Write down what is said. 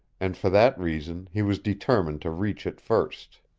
and for that reason he was determined to reach it first.